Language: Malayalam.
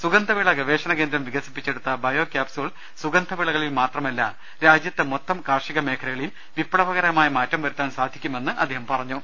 സുഗന്ധവിള ഗവേഷണ കേന്ദ്രം വികസിപ്പിച്ചെടുത്ത ബയോക്യാപ്സ്യൂൾ സുഗന്ധവിളകളിൽ മാത്രമല്ല രാജ്യത്തെ മൊത്തം കാർഷികമേഖലകളിൽ വിപ്ലകരമായ മാറ്റം വരുത്താൻ സാധിക്കുമെന്ന് അദ്ദേഹം പറഞ്ഞു